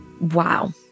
Wow